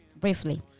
briefly